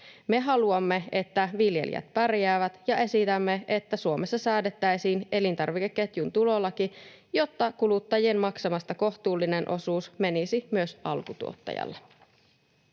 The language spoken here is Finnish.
Me haluamme, että viljelijät pärjäävät, ja esitämme, että Suomessa säädettäisiin elintarvikeketjun tulolaki, jotta kuluttajien maksamasta kohtuullinen osuus menisi myös alkutuottajalle.